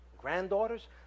granddaughters